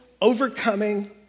overcoming